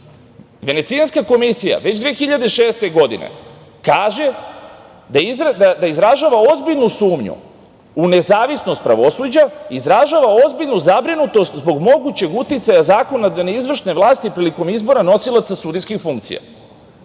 Venecijanska komisija, već 2006. godine kaže da izražava ozbiljnu sumnju u nezavisnost pravosuđa, izražava ozbiljnu zabrinutost zbog mogućeg uticaja zakonodavne izvršne vlasti prilikom izbora nosilaca sudijskih funkcija.